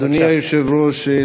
אדוני היושב-ראש,